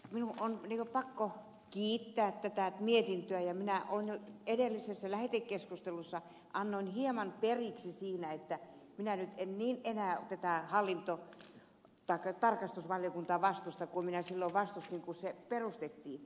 minun on pakko kiittää tätä mietintöä ja minä jo lähetekeskustelussa annoin hieman periksi siinä että en nyt enää tätä tarkastusvaliokuntaa niin vastusta kuin minä silloin vastustin kun se perustettiin